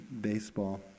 baseball